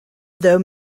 though